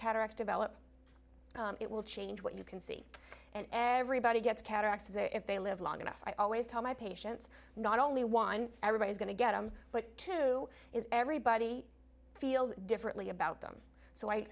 cataracts develop it will change what you can see and everybody gets cataracts if they live long enough i always tell my patients not only one everybody's going to get them but two is everybody feels differently about them so